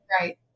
Right